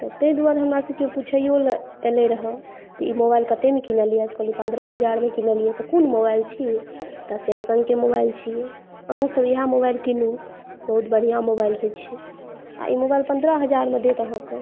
तऽ तैं दुआरे हमरासॅं केओ पुछैओ लए एलै रहय ई मोबाइल कतयमे कीनलियै तऽ कहलियै पंद्रह हज़ारमे कीनलियै तऽ क़ोन मोबाइल छी तऽ सैमसंगक मोबाइल छियै अहुँसभ इएह मोबाइल कीनूँ बहुत बढ़िआँ मोबाइल होइ छै आओर ई मोबाइल पंद्रह हज़ारमे देत अहाँके